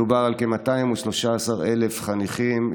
מדובר על כ-213,000 חניכים,